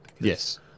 Yes